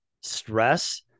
stress